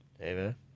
amen